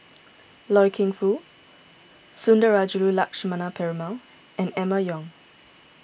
Loy Keng Foo Sundarajulu Lakshmana Perumal and Emma Yong